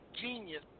genius